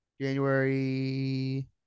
January